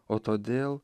o todėl